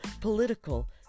political